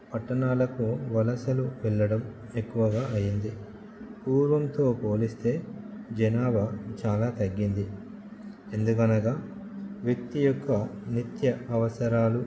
పట్టణాలకు వలసలు వెళ్ళడం ఎక్కువగా అయ్యింది పూర్వంతో పోలిస్తే జనాభా చాలా తగ్గింది ఎందుకనగా వ్యక్తి యొక్క నిత్య అవసరాలు